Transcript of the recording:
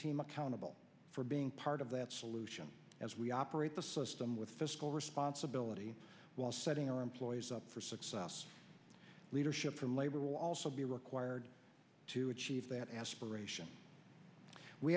team accountable for being part of that solution as we operate the system with fiscal responsibility while setting our employees up for success leadership from labor will also be required to achieve that aspiration we